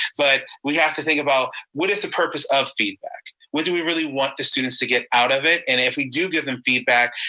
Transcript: but we have to think about what is the purpose of feedback? where do we really want the students to get out of it? and if we do give them feedback,